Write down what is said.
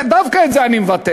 דווקא את זה אני מבטל.